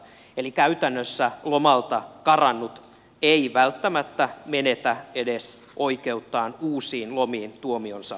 eli käytännössä lomalta karannut ei välttämättä menetä edes oikeuttaan uusiin lomiin tuomionsa loppuaikana